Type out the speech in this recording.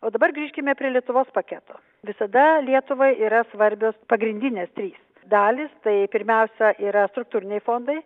o dabar grįžkime prie lietuvos paketo visada lietuvai yra svarbios pagrindinės trys dalys tai pirmiausia yra struktūriniai fondai